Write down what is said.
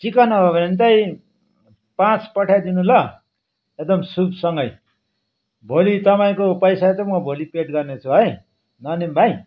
chicken हो भने चाहिँ पाँच पठाइदिनु ल एकदम सुपसँगै भोलि तपाईँको पैसा चाहिँ म भोलि पेड गर्नेछु है ननेम भाइ